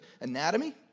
anatomy